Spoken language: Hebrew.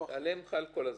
עליהם זה חל כל הזמן.